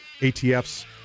ATF's